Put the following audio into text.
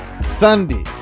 Sunday